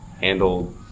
handled